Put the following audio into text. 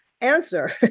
answer